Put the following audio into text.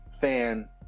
fan